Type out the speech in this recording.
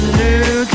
new